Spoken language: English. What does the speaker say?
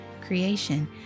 creation